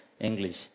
English